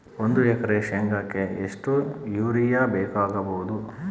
ಒಂದು ಎಕರೆ ಶೆಂಗಕ್ಕೆ ಎಷ್ಟು ಯೂರಿಯಾ ಬೇಕಾಗಬಹುದು?